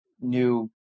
new